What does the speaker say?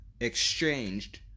exchanged